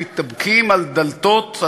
זו לא היהדות של